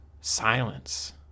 silence